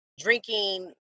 drinking